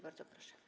Bardzo proszę.